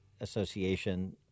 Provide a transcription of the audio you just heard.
Association